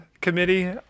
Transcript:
committee